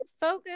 focus